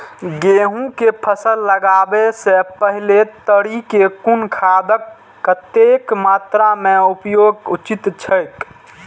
गेहूं के फसल लगाबे से पेहले तरी में कुन खादक कतेक मात्रा में उपयोग उचित छेक?